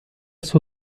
suo